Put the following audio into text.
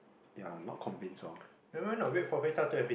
yeah not convince lor